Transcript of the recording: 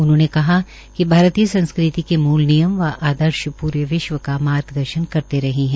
उन्होंने कहा कि भारतीय संस्कृति के मूल नियम व आदर्श पूरे विश्व का मार्गदर्शन करते रहे हैं